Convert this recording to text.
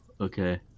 okay